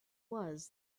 was